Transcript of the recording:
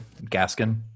Gaskin